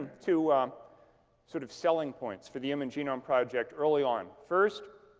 two sort of selling points for the human genome project early on. first,